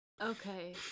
Okay